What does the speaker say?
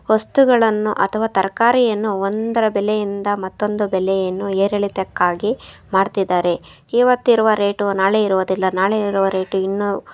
ವಸ್ತುಗಳನ್ನು ಅಥವಾ ತರಕಾರಿಯನ್ನು ಒಂದರ ಬೆಲೆಯಿಂದ ಮತ್ತೊಂದು ಬೆಲೆಯನ್ನು ಏರಿಳಿತಕ್ಕಾಗಿ ಮಾಡ್ತಿದ್ದಾರೆ ಇವತ್ತಿರುವ ರೇಟು ನಾಳೆ ಇರುವುದಿಲ್ಲ ನಾಳೆ ಇರುವ ರೇಟು ಇನ್ನೂ